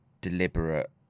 deliberate